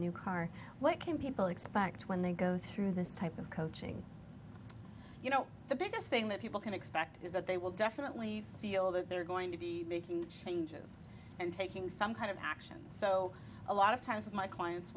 new car what can people expect when they go through this type of coaching you know the biggest thing that people can expect is that they will definitely feel that they're going to be making changes and taking some kind of action so a lot of times of my clients